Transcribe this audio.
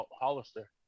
Hollister